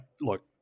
look